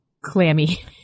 clammy